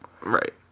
Right